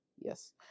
yes